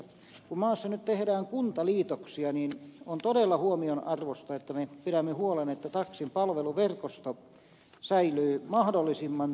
kun maassa nyt tehdään kuntaliitoksia niin on todella huomionarvoista että me pidämme huolen että taksin palveluverkosto säilyy mahdollisimman tiheänä